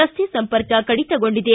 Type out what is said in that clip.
ರಸ್ತೆ ಸಂಪರ್ಕ ಕಡಿತಗೊಂಡಿದೆ